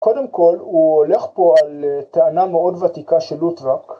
קודם כל הוא הולך פה על טענה מאוד ותיקה של לוטראק